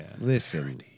Listen